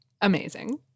amazing